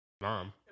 Mom